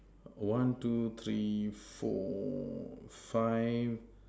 one two three four five